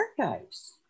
archives